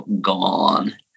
gone